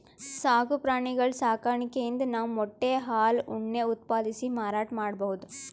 ಸಾಕು ಪ್ರಾಣಿಗಳ್ ಸಾಕಾಣಿಕೆಯಿಂದ್ ನಾವ್ ಮೊಟ್ಟೆ ಹಾಲ್ ಉಣ್ಣೆ ಉತ್ಪಾದಿಸಿ ಮಾರಾಟ್ ಮಾಡ್ಬಹುದ್